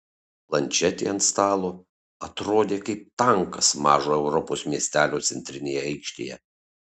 planšetė ant stalo atrodė kaip tankas mažo europos miestelio centrinėje aikštėje